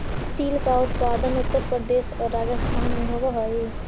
तिल का उत्पादन उत्तर प्रदेश और राजस्थान में होवअ हई